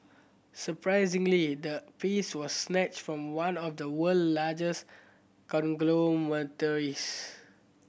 surprisingly the piece was snatched from one of the world largest conglomerates